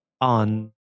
On